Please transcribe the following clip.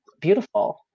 beautiful